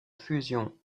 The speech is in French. fusion